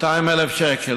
200,000 שקלים,